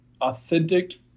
authentic